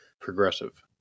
progressive